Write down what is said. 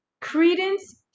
Credence